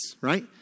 right